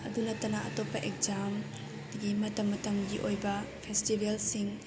ꯑꯗꯨ ꯅꯠꯇꯅ ꯑꯇꯣꯞꯄ ꯑꯦꯛꯖꯥꯝꯒꯤ ꯃꯇꯝ ꯃꯇꯝꯒꯤ ꯑꯣꯏꯕ ꯐꯦꯁꯇꯤꯕꯦꯜꯁꯤꯡ